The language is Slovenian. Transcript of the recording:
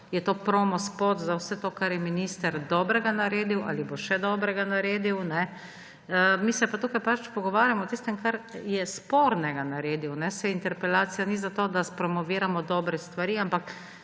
je to promo spot za vse to, kar je minister dobrega naredil ali bo še dobrega naredil. Mi se pa tukaj pogovarjamo o tistem, kar je spornega naredil. Saj interpelacija ni zato, da spromoviramo dobre stvari, ampak